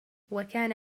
وكان